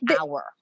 hour